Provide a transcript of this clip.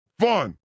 fun